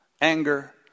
Anger